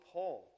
Paul